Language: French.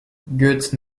goethe